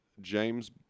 James